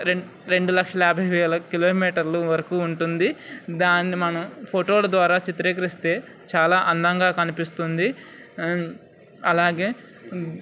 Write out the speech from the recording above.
రెం రెండు లక్షల యాభై వేల కిలోమీటర్లు వరకు ఉంటుంది దాన్ని మనం ఫోటోల ద్వారా చిత్రీకరిస్తే చాలా అందంగా కనిపిస్తుంది అలాగే